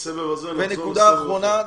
ונקודה אחרונה,